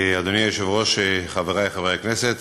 אדוני היושב-ראש, חברי חברי הכנסת,